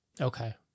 Okay